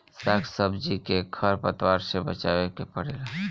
साग सब्जी के खर पतवार से बचावे के पड़ेला